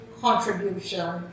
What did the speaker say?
contribution